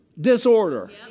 disorder